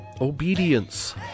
obedience